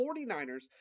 49ers